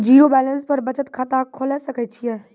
Zero balance पर बचत खाता खोले सकय छियै?